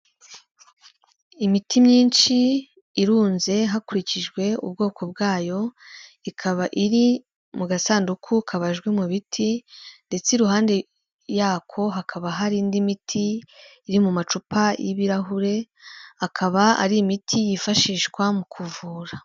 Imiti myinshi irunze hakurikijwe ubwoko bwayo, ikaba iri mu gasanduku kabajwe mu biti, ndetse iruhande yako, hakaba hari indi miti, iri mu macupa y'ibirahure, akaba ari imiti yifashishwa mu kuvura.